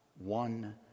One